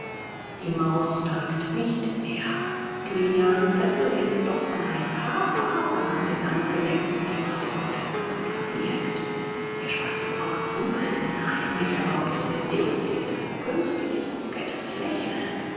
die maus nagt nicht mehr die lianenfessel hängt noch an ein paar fasern an den handgelenken die fatima unter dem gewand verbirgt ihr schwarzes auge funkelt unheimlich aber auf ihrem gesicht liegt ein künstliches kokettes lächeln